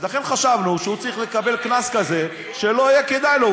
לכן חשבנו שהוא צריך לקבל קנס כזה שלא יהיה כדאי לו,